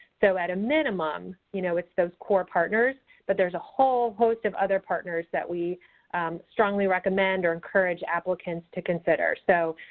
so at a minimum, you know, it's those core partners but there's a whole host of other partners that we strongly recommend or encourage applicants to consider. so,